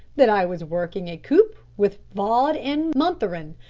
that i was working a coup with vaud and montheron.